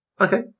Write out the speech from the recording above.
Okay